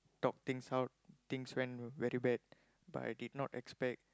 talk things out things went very bad but I did not expect